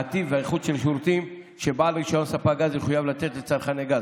הטיב והאיכות של השירותים שבעל רישיון ספק גז יחויב לתת לצרכני גז.